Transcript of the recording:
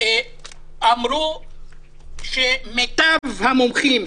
אמרו שמיטב המומחים,